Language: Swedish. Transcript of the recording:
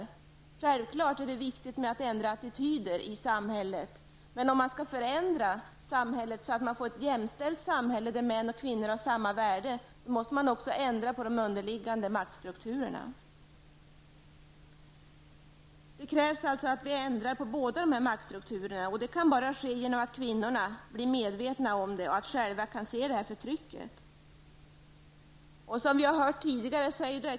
Det är självklart viktigt att ändra attityder i samhället, men om man skall förändra samhället, så att man får ett jämställt samhälle där män och kvinnor har samma värde, måste man också ändra på de underliggande maktstrukturerna. Det krävs alltså att vi ändrar på båda dessa maktstrukturer. Det kan bara ske genom att kvinnorna blir medvetna om och själva kan se förtrycket.